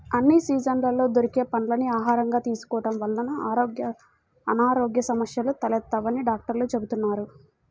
అన్ని సీజన్లలో దొరికే పండ్లని ఆహారంగా తీసుకోడం వల్ల అనారోగ్య సమస్యలు తలెత్తవని డాక్టర్లు చెబుతున్నారు